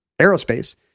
aerospace